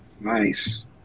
nice